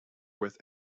with